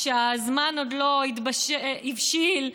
שהזמן עוד לא הבשיל,